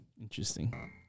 Interesting